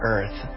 Earth